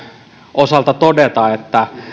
osalta todeta että